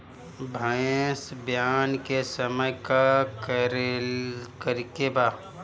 भैंस ब्यान के समय का करेके बा?